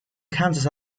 kansas